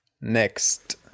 Next